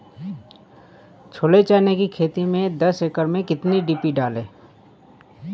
छोले चने की खेती में दस एकड़ में कितनी डी.पी डालें?